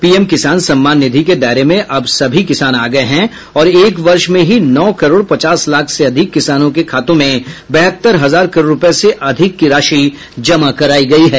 PM किसान सम्मान निधि के दायरे में अब सभी किसान आ गए हैं और एक वर्ष में ही नौ करोड़ पचास लाख से अधिक किसानों के खातों में बहत्तर हजार करोड़ रुपये से अधिक की राशि जमा कराई गई है